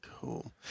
Cool